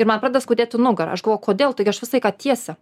ir man pradeda skaudėti nugarą aš galvoju kodėl taigi aš visą laiką tiesi